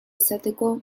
izateko